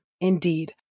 Indeed